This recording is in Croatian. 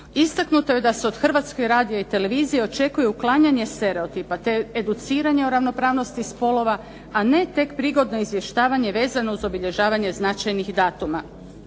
Istaknuto je da se od Hrvatske radio-televizije očekuje uklanjanje stereotipa, te educiranje o ravnopravnost spolova, a ne tek prigodno izvještavanje vezano uz obilježavanje značajnih datuma.